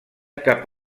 cap